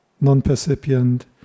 non-percipient